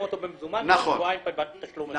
אותו במזומן בעוד שבועיים בתשלום אחד.